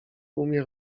umie